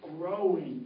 growing